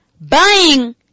buying